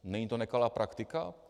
Není to nekalá praktika?